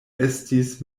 estis